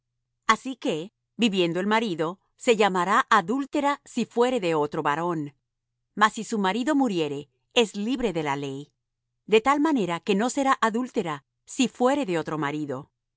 así que viviendo el marido se llamará adúltera si fuere de otro varón mas si su marido muriere es libre de la ley de tal manera que no será adúltera si fuere de otro marido